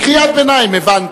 קריאת ביניים הבנתי.